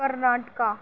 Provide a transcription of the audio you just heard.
Karnataka